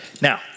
Now